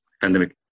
pandemic